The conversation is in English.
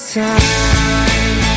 time